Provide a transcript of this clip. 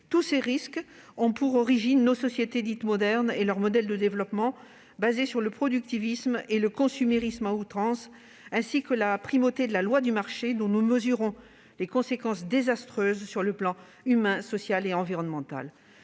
Tous ces risques ont pour origine nos sociétés dites modernes et leur modèle de développement fondé sur le productivisme et le consumérisme à outrance, ainsi que la primauté de la loi du marché. Nous mesurons chaque jour les conséquences désastreuses de cette dernière sur le plan humain, social et environnemental.